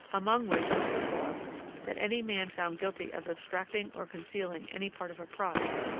among which was the clause that any man found guilty of abstracting or concealing any part of a prize,